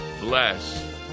bless